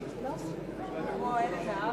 רבותי,